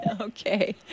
Okay